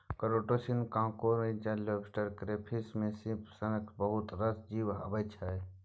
क्रुटोशियनमे कांकोर, इचना, lobster, crayfish आ श्रिंप सनक बहुत रास जीब अबै छै